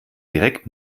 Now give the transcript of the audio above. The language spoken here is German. direkt